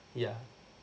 yeah